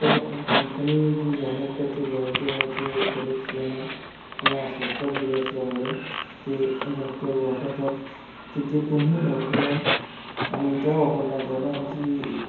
पण कंपनी जी जाहिरात करते जाहिरातीमुळे ते बरेचजणं किंवा स्वस्तात दिले असल्यामुळे ते जास्त वापरतात तर ते कोणी वापरू नये आणि त्या वापरल्याच्यानं जी